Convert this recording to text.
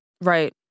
right